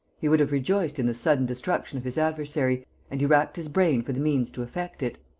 he would have rejoiced in the sudden destruction of his adversary and he racked his brain for the means to effect it.